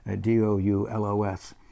D-O-U-L-O-S